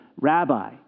Rabbi